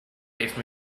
gave